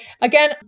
again